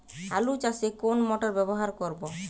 আলু চাষে কোন মোটর ব্যবহার করব?